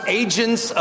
agents